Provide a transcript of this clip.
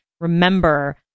remember